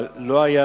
אבל לא היתה